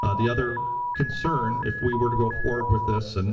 ah the other concern, if we were to go forward with this, and